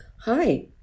Hi